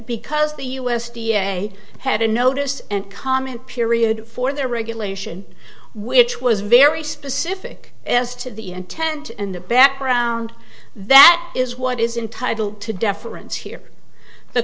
because the u s d a had a notice and comment period for their regulation which was very specific as to the intent and the background that is what is entitle to deference here the